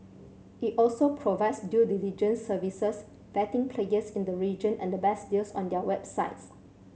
it also provides due diligence services vetting players in the region and the best deals on their websites